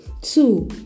two